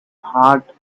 heart